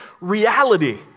reality